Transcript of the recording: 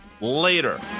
later